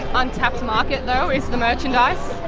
untapped market though is the merchandise,